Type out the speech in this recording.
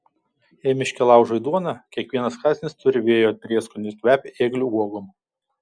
jei miške laužai duoną kiekvienas kąsnis turi vėjo prieskonį ir kvepia ėglių uogom